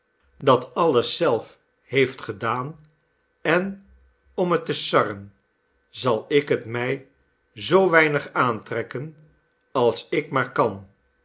dat alles zelf heeft gedaan en om het te sarren zal ik het mij zoo weinig aantrekken als ik maar kan